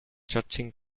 judging